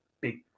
big